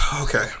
okay